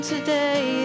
Today